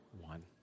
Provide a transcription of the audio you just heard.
One